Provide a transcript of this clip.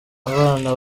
abana